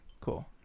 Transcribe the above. cool